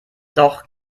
doch